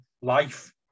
life